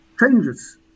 changes